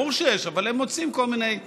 ברור שיש, אבל הם מוצאים כל מיני שיטות,